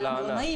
למלונאים,